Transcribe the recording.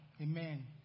Amen